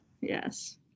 Yes